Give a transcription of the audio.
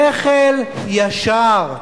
שכל ישר,